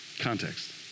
context